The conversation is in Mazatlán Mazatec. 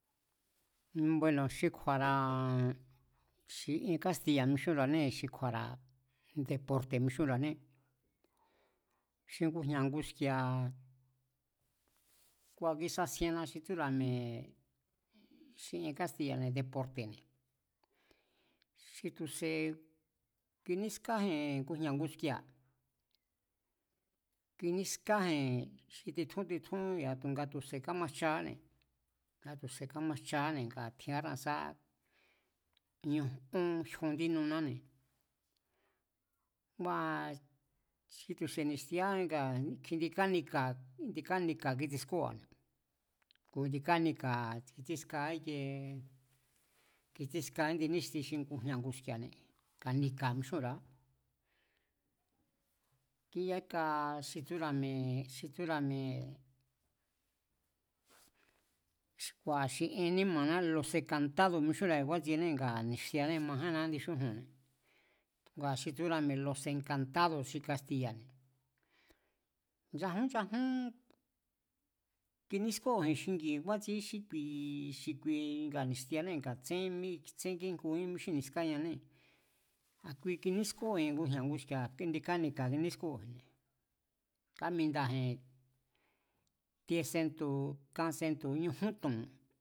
Bueno̱ xi kju̱a̱ra̱ xi ien kástiya̱ mixúnra̱anée̱, xi kju̱a̱ra̱ deporte̱ mixunra̱ané, xi ngujña̱ nguski̱a̱, ngua̱ kisasienna xí tsúra̱ mi̱e̱ xi ien kástiya̱ne̱ deporte̱ne̱. Xi tu̱ se̱ kinískáji̱n nguña̱ nguski̱a̱, kinískaji̱n titjún titjún nga tu̱ se̱ kámajchaáne̱, nga tu̱se̱ kamajchaáne̱ ngaa̱ tjiárna ñu ón jyon indí nunáne̱. Ngua̱ xi tu̱se̱ ni̱xtiá ngaa̱ kjindi kánika̱, indi kánika̱ tsiskóa̱ane̱, ku̱ indi kánika̱ tsíska íkie, kitsíska índi níxti ngujña̱ nguski̱a̱ne̱, kanika̱ mixúnra̱á. Kíyaka xi tsúra̱ mi̱e̱, xi tsúra̱ mi̱e̱ ngua̱ xi ien níma̱ná los e̱nka̱ntádo̱s mixúnra̱ji̱n kjúátsiené ngua ni̱xtiané majínna índi xúju̱nne̱. Ngua̱ xi tsúra̱ mi̱e̱ lo̱s e̱nka̱ntádo̱s xi kastiya̱ne̱, nchajún nchajún tinískóo̱ji̱n xingi̱ji̱n kúatsiee xí kui, xi kui ni̱xtiaanée̱ tsén kíngujín mí xí ni̱skáñanée̱, a̱ kui kinískóo̱ji̱n ngujña̱ nguski̱a̱ indi kánika kinískóo̱ji̱n kámindaji̱n tie sentu̱, kan sentu̱, ñujún to̱n